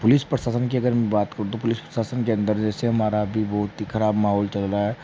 police प्रशासन की अगर मैं बात करूँ तो पुलिस प्रशासन के अंदर जैसे हमारा अभी बहुत ही ख़राब माहौल चल रहा है